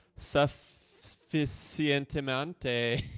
sef fifth cnt. mountie.